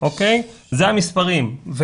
זה המספרים.